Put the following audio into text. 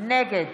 נגד